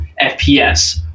fps